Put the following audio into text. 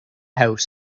house